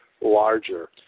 larger